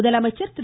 முதலமைச்சர் திரு